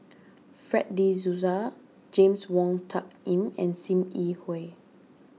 Fred De Souza James Wong Tuck Yim and Sim Yi Hui